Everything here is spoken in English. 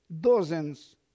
dozens